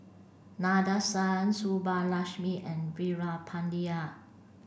Nadesan Subbulakshmi and Veerapandiya